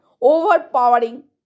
overpowering